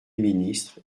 ministres